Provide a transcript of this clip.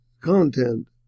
content